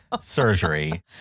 surgery